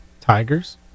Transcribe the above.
Tigers